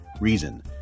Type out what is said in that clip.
reason